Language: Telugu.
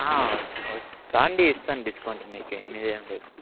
రండి ఇస్తాను డిస్కౌంట్ మీకు మీ దాని పై